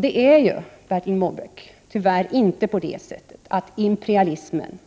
Det är tyvärr inte så, Bertil Måbrink, att imperialismen